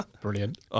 Brilliant